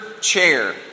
chair